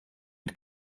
mit